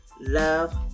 love